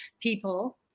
people